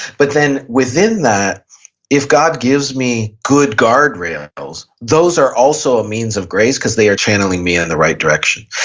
but then within that if god gives me good guard rails, those are also a means of grace because they are channeling me in and the right direction.